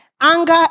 Anger